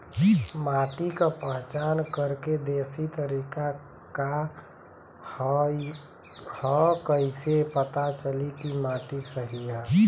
माटी क पहचान करके देशी तरीका का ह कईसे पता चली कि माटी सही ह?